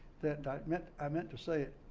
that i meant i meant to say it,